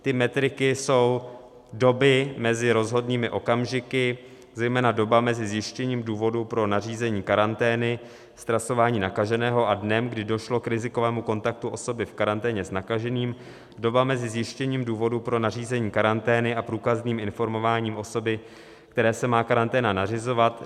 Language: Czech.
Ty metriky jsou doby mezi rozhodnými okamžiky, zejména doba mezi zjištěním důvodu pro nařízení karantény, trasováním nakaženého a dnem, kdy došlo k rizikovému kontaktu osoby v karanténě s nakaženým; doba mezi zjištěním důvodu pro nařízení karantény a průkazným informováním osoby, které se má karanténa nařizovat;